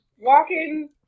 walking